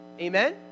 Amen